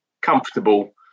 comfortable